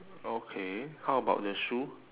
okay how about the shoe